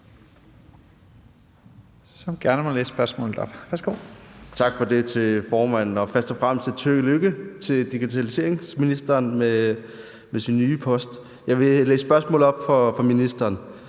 Tak for det til formanden, og først og fremmest et tillykke til digitaliseringsministeren med den nye post. Jeg vil læse spørgsmålet op for ministeren: